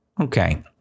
Okay